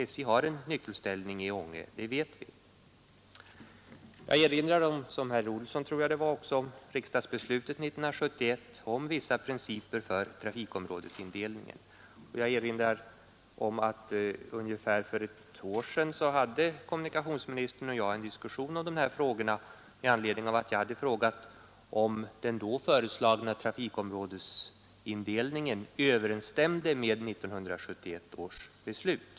SJ har en nyckelställning i Ånge, det vet vi. Jag erinrar — jag tror att det var herr Olsson i Sundsvall som gjorde det också — om riksdagsbeslutet 1971 rörande vissa principer för trafikområdesindelningen. För ungefär ett år sedan hade kommunikationsministern och jag en diskussion med anledning av att jag hade frågat om den då föreslagna distriktsindelningen överensstämde med 1971 års beslut.